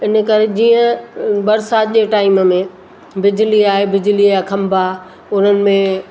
इनकरे जीअं बरसाति जे टाइम में बिजली आहे बिजलीअ जा खंभा उन्हनि में